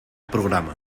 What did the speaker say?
programa